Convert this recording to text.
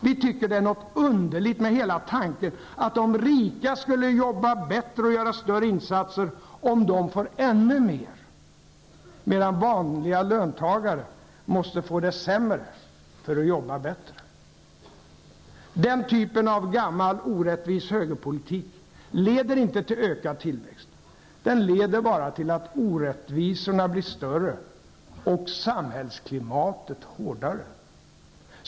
Vi tycker att det är något underligt med hela tanken att de rika skulle jobba bättre och göra större insatser om de får ännu mer, medan vanliga löntagare måste få det sämre för att jobba bättre. Den typen av gammal och orättvis högerpolitik leder inte till ökad tillväxt. Den leder bara till att orättvisorna blir större och samhällsklimatet hårdare.